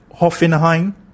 Hoffenheim